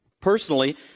Personally